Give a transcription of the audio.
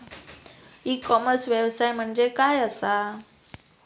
E commerce व्यवसाय म्हणजे काय असा?